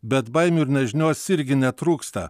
bet baimių ir nežinios irgi netrūksta